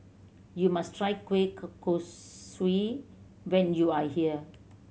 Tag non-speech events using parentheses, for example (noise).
you must try kueh (unintelligible) kosui when you are here